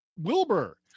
Wilbur